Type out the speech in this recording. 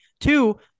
two